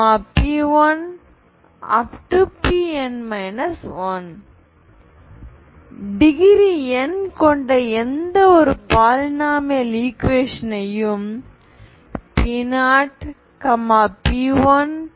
Pn 1 degree n கொண்ட எந்த ஒரு பாலினாமியல் ஈக்குவேஷன்யும் P0 P1